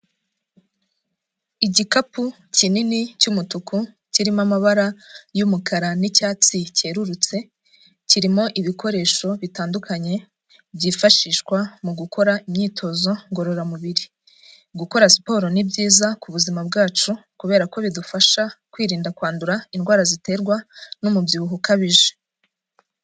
Igikapu kinini cy'umutuku kirimo amabara y'umukara n'icyatsi cyerurutse, kirimo ibikoresho bitandukanye byifashishwa mu gukora imyitozo ngororamubiri, gukora siporo ni byiza ku buzima bwacu kubera ko bidufasha kwirinda kwandura indwara ziterwa n'umubyibuho ukabije.